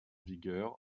vigueur